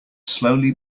slowly